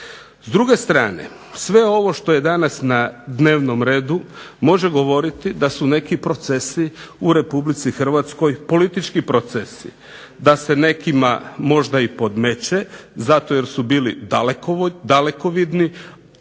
S druge strane sve ovo što je danas na dnevnom redu može govoriti da su neki procesi u Republici Hrvatskoj politički procesi, da se nekima možda podmeće zato jer su bili dalekovidni,